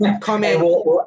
Comment